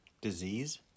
Disease